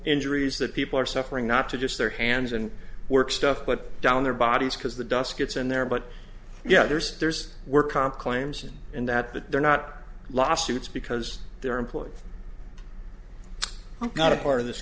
injuries that people are suffering not just their hands and work stuff but down their bodies because the dust gets in there but yeah there's there's work comp claims in that that they're not lawsuits because their employees i'm not a part of this